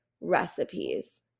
recipes